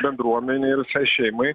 bendruomenei ir šiai šeimai